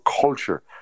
culture